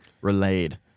relayed